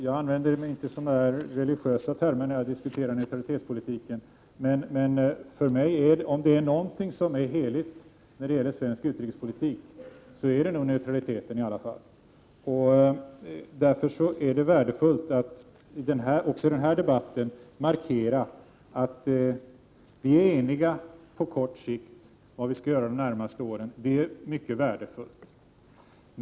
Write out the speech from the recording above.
Jag brukar inte använda sådana religiösa termer när jag diskuterar neutralitetspolitiken, men om det är någonting som är heligt i svensk utrikespolitik så är det nogi alla fall neutraliteten. Därför är det värdefullt att också i den här debatten markera att vi är eniga på kort sikt om vad vi skall göra under de närmaste åren.